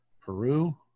Peru